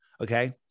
Okay